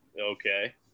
Okay